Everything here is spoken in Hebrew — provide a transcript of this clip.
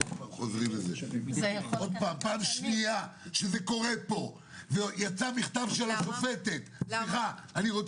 פעם שנייה שנציג מהאוצר, וזה לא